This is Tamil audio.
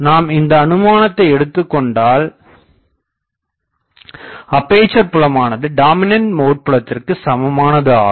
நாம் இந்த அனுமானத்தை எடுத்துகொண்டால் அப்பேசர் புலமானது டாமினண்ட் மோட் புலத்திற்கு சமமானது ஆகும்